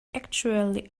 actually